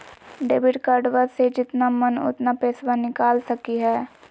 Debit कार्डबा से जितना मन उतना पेसबा निकाल सकी हय?